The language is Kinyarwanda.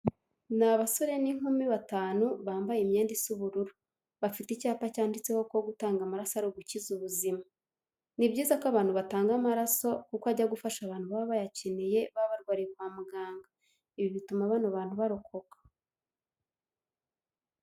Ni abasore n'inkumi batanu bambaye imyenda isa ubururu, bafite icyapa cyanditseho ko gutanga amaraso ari ugukiza ubuzima. Ni byiza ko abantu batanga amaraso kuko ajya gufasha abantu baba bayakeneye baba barwariye kwa muganga, ibi bituma bano bantu barokoka.